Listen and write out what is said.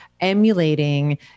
emulating